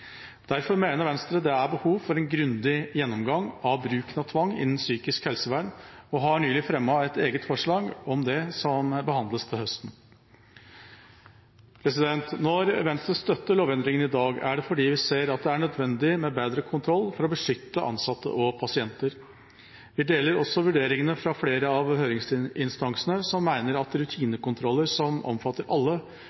Derfor mener Venstre det er behov for en grundig gjennomgang av bruken av tvang innen psykisk helsevern, og har nylig fremmet et eget forslag om det som behandles til høsten. Når Venstre støtter lovendringen i dag, er det fordi vi ser at det er nødvendig med bedre kontroll for å beskytte ansatte og pasienter. Vi deler også vurderingene fra flere av høringsinstansene som mener at